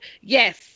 Yes